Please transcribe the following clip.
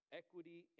equity